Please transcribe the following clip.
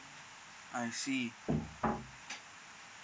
I see